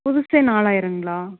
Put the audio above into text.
புதுசு நாலாயிரங்ளா